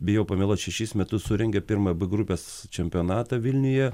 bijau pameluot šešis metus surengė pirmą b grupės čempionatą vilniuje